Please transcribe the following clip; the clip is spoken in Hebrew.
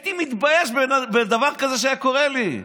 הייתי מתבייש אם דבר כזה היה קורה לי.